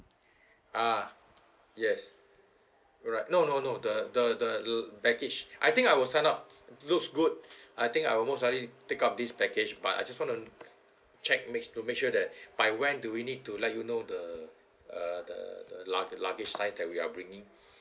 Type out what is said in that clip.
ah yes right no no no the the the package I think I will sign up looks good I think I'll most likely take up this package but I just want to check mak~ to make sure that by when do we need to let you know the uh the the lug~ luggage size that we are bringing